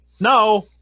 no